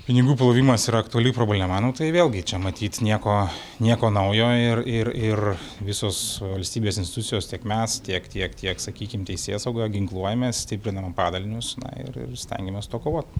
pinigų plovimas yra aktuali problema nu tai vėlgi čia matyt nieko nieko naujo ir ir ir visos valstybės institucijos tiek mes tiek tiek tiek sakykim teisėsauga ginkluojamės stipriname padalinius ir ir stengiamės su tuo kovot